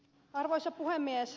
arvoisa puhemies